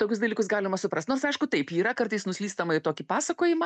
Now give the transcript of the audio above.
tokius dalykus galima suprasti nors aišku taip yra kartais nuslystama į tokį pasakojimą